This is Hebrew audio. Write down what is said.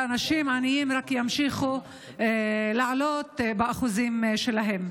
ואנשים עניים רק ימשיכו לעלות באחוזים שלהם.